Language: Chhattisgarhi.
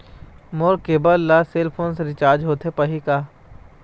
मोर केबल ला सेल फोन से रिचार्ज होथे पाही का?